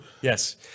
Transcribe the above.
Yes